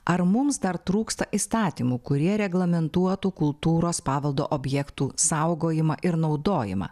ar mums dar trūksta įstatymų kurie reglamentuotų kultūros paveldo objektų saugojimą ir naudojimą